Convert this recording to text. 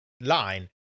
line